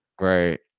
Right